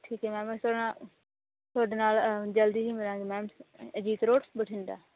ਠੀਕ ਹੈ ਮੈਮ ਅਸੀਂ ਤੁਹਾਡੇ ਨਾਲ ਤੁਹਾਡੇ ਨਾਲ ਅਂ ਜਲਦੀ ਹੀ ਮਿਲਾਂਗੇ ਮੈਮ ਅ ਅਜੀਤ ਰੋਡ ਬਠਿੰਡਾ